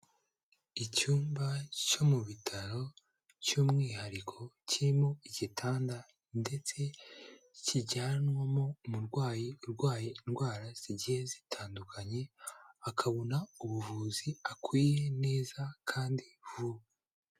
Icyumba cyo mu bitaro cy'umwihariko kirimo igitanda ndetse kijyanwamo umurwayi urwaye indwara zigiye zitandukanye, akabona ubuvuzi akwiye neza kandi vuba.